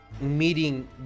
meeting